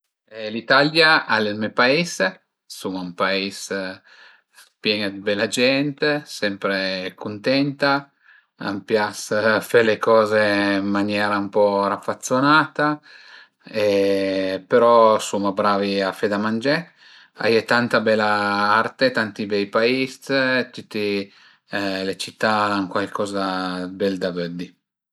L'Italia al e me pais, suma ün pais pien d'bela gent, sempre cuntenta, a pias fe le coze ën maniera ën po raffozanata però suma bravi a fe da mangé, a ie tanta bela arte, tanti bei pais, tüte le cità al an cuaicoza d'bel da vëddi